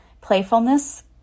playfulness